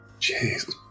Jeez